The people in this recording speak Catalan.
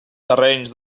terrenys